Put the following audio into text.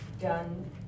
done